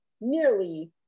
nearly